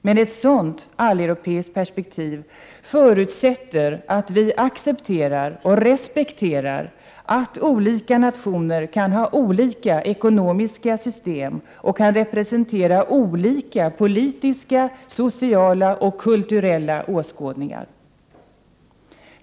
Men ett sådant alleuropeiskt perspektiv förutsätter att vi accepterar och respekterar att olika nationer kan ha skilda ekonomiska system och kan representera olika politiska, sociala och kulturella åskådningar.